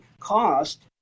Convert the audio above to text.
cost